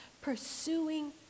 pursuing